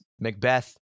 Macbeth